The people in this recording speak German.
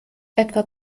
etwa